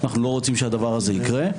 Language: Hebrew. אנחנו לא רוצים שהדבר הזה יקרה,